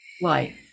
life